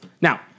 Now